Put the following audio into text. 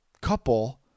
couple